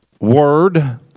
word